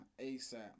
ASAP